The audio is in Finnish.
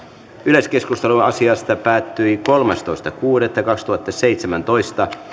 yleiskeskustelu asiasta päättyi kolmastoista kuudetta kaksituhattaseitsemäntoista